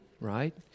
right